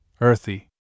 earthy